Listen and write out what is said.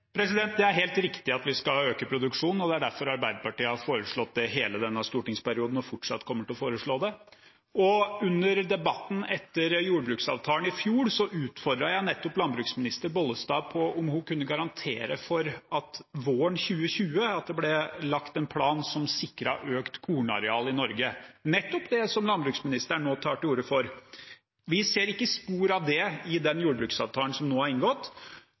Det er helt riktig at vi skal øke produksjonen, og det er derfor Arbeiderpartiet har foreslått det hele denne stortingsperioden og fortsatt kommer til å foreslå det. Og under debatten etter jordbruksavtalen i fjor utfordret jeg nettopp landbruksminister Vervik Bollestad på om hun kunne garantere for at det våren 2020 ble lagt en plan som sikret økt kornareal i Norge, nettopp det som landbruksministeren nå tar til orde for. Vi ser ikke spor av det i den jordbruksavtalen som nå er inngått,